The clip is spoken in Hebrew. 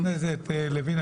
חבר הכנסת לוין,